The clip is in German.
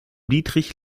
dietrich